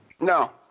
No